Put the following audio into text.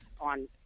on